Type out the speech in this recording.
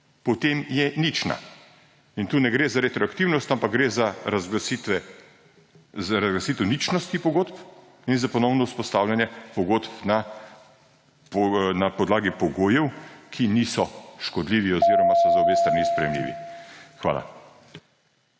potem je nična. In tu ne gre za retroaktivnost, ampak gre za razglasitev ničnosti pogodb in za ponovno vzpostavljanje pogodb na podlagi pogojev, ki niso škodljivi oziroma so za obe strani nesprejemljivi. Hvala.